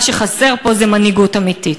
מה שחסר פה זה מנהיגות אמיתית.